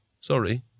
Sorry